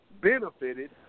benefited